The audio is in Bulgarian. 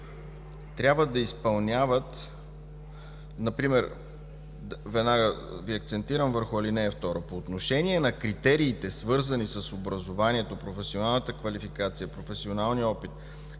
трябва да изпълняват, веднага Ви акцентирам върху ал. 2 – „по отношение на критериите, свързани с образованието, професионалната квалификация, професионалния опит,